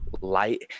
light